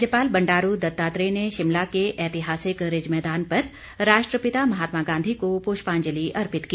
राज्यपाल बंडारू दत्तात्रेय ने शिमला के ऐतिहासिक रिज मैदान पर राष्ट्रपिता महात्मा गांधी को पुष्पांजलि अर्पित की